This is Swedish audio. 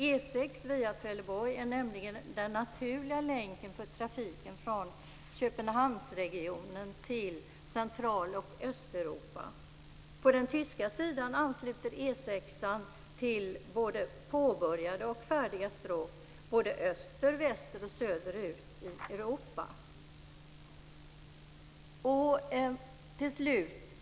E 6 via Trelleborg är nämligen den naturliga länken för trafiken från Köpenhamnsregionen till Central och Östeuropa. På den tyska sidan ansluter E 6:an till både påbörjade och färdiga stråk öster-, väster och söderut i Europa.